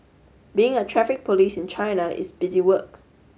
being a Traffic Police in China is busy work